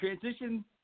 transition